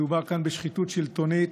מדובר כאן בשחיתות שלטונית